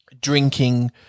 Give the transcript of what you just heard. drinking